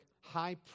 high